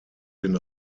den